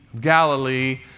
Galilee